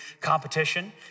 competition